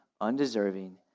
undeserving